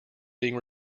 being